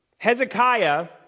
Hezekiah